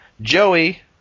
Joey